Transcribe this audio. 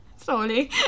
Sorry